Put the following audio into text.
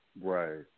Right